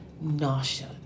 nausea